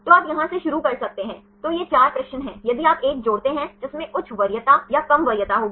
तो आप यहां से शुरू कर सकते हैं तो यह 4 प्रश्न है यदि आप 1 जोड़ते हैं जिसमें उच्च वरीयता या कम वरीयता होगी